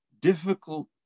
difficult